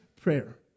prayer